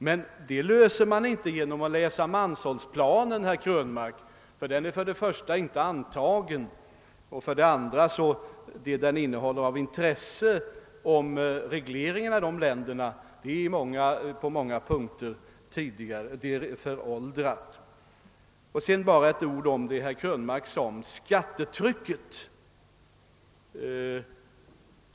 Men man löser inte problemen genom att läsa Mansholt-planen, ty den är för det första inte antagen och för det andra är det som den innehåller av intresse beträffande regleringarna i de ifrågavarande länderna på många punkter föråldrat. Jag vill sedan säga några ord med anledning av herr Krönmarks uttalande om skattetrycket.